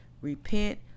repent